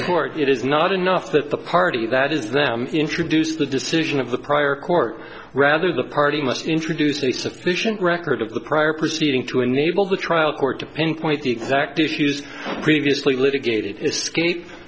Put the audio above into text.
support it is not enough that the party that is that introduced the decision of the prior court rather the party must introduce a sufficient record of the prior proceeding to enable the trial court to pinpoint the exact issues previously litigat